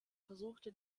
versuchte